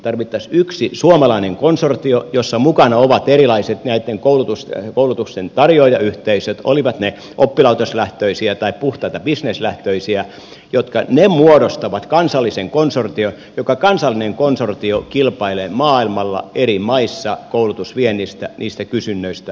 tarvittaisiin yksi suomalainen konsortio jossa mukana ovat erilaiset näitten koulutuksen tarjoa jayhteisöt olivat ne oppilaitoslähtöisiä tai puhtaita bisneslähtöisiä jotka muodostavat kansallisen konsortion joka kansallinen konsortio kilpailee maailmalla eri maissa koulutusviennistä niistä kysynnöistä mitä siellä on